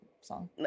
song